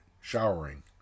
showering